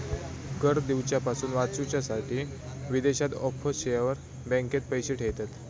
कर दिवच्यापासून वाचूच्यासाठी विदेशात ऑफशोअर बँकेत पैशे ठेयतत